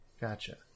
Gotcha